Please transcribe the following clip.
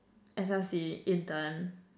S_L_C intern